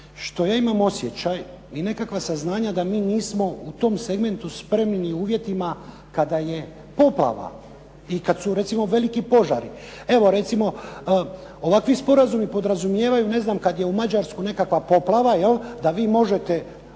što ja imam osjećaj i nekakva saznanja da mi nismo u tom segmentu i uvjetima kada je poplava i kada su recimo veliki požari. Evo recimo, ovakvi sporazumi podrazumijevaju ne znam da je u Mađarskoj nekakva poplava 'jel, da vi možete